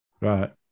right